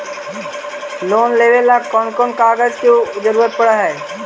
Loan लेबे ल कैन कौन कागज के जरुरत पड़ है?